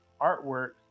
artwork